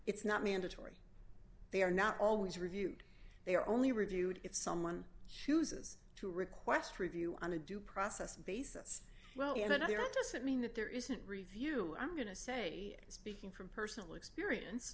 it's not mandatory they are not always reviewed they are only reviewed if someone chooses to request review on a due process basis well in another it doesn't mean that there isn't review i'm going to say speaking from personal experience